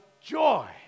joy